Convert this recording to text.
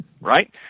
Right